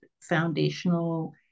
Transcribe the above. foundational